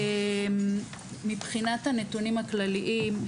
מבחינת הנתונים הכלליים,